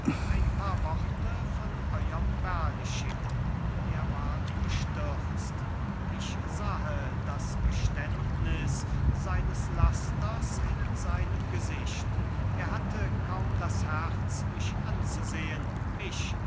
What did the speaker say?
ein paar worte von euerm berlichingen er ward bestürzt ich sahe das geständnis seines lasters in seinem gesicht er hatte kaum das herz mich anzusehen mich